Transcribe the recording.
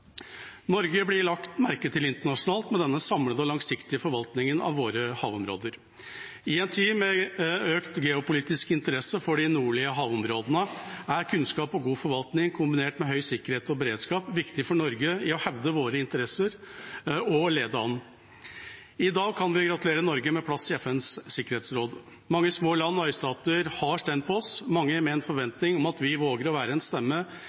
Norge blir lagt merke til internasjonalt med denne samlede og langsiktige forvaltningen av våre havområder. I en tid med økt geopolitisk interesse for de nordlige havområdene er kunnskap og god forvaltning kombinert med høy sikkerhet og beredskap viktig for Norge for å hevde våre interesser og lede an. I dag kan vi gratulere Norge med plass i FNs sikkerhetsråd. Mange små land og øystater har stemt på oss – mange med en forventning om at vi våger å være en stemme